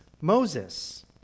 Moses